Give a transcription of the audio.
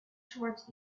towards